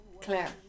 Claire